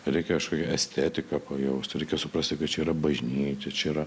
reikia kažkokią estetiką pajausti reikia suprasti kad čia yra bažnyčia čia yra